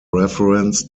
reference